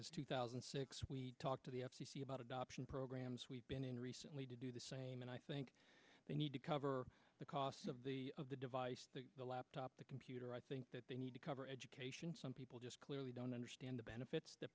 as two thousand and six we talked about adoption programs we've been in recently to do the same and i think we need to cover the cost of the of the device the laptop the computer i think they need to cover education some people just clearly don't understand the benefits that